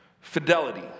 Fidelity